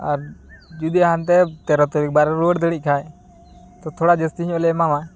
ᱟᱨ ᱡᱩᱫᱤ ᱦᱟᱱᱛᱮ ᱛᱮᱨᱚ ᱛᱟᱹᱨᱤᱠᱷ ᱵᱟᱞᱮ ᱨᱩᱣᱟᱹᱲ ᱫᱟᱲᱮᱜ ᱠᱷᱟᱱ ᱛᱚ ᱛᱷᱚᱲᱟ ᱡᱟᱹᱥᱛᱤᱧᱚᱜ ᱞᱮ ᱮᱢᱟᱢᱟ